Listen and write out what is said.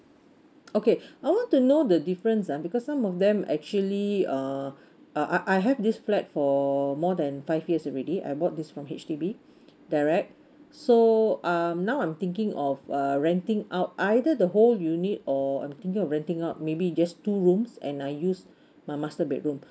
okay I want to know the difference ah because some of them actually uh uh I I have this flat for more than five years already I bought this from H_D_B direct so um now I'm thinking of uh renting out either the whole unit or I'm thinking of renting out maybe just two rooms and I use my master bedroom